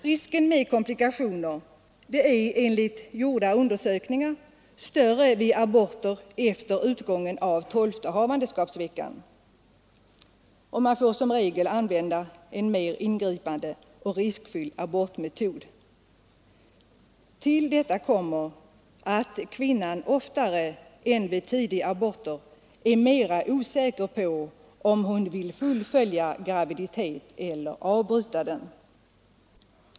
Risken för komplikationer är enligt gjorda undersökningar större vid aborter efter utgången av tolfte havandeskapsveckan, och man får som regel använda en mer ingripande och riskfylld abortmetod. Till detta kommer att kvinnan oftare än vid tidigaborter är osäker på om hon vill fullfölja graviditeten eller avbryta den.